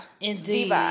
indeed